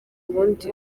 ubundi